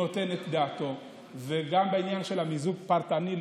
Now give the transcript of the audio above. נותן את דעתו, גם בעניין של המיזוג, פרטני,